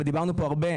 ודיברנו פה הרבה,